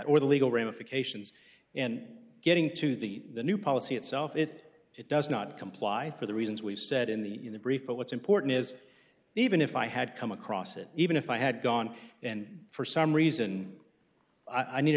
or the legal ramifications and getting to the new policy itself it it does not comply for the reasons we've said in the in the brief but what's important is even if i had come across it even if i had gone and for some reason i needed